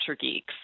geeks